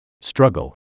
Struggle